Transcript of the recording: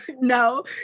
No